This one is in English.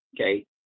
okay